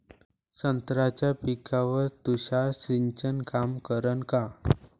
संत्र्याच्या पिकावर तुषार सिंचन काम करन का?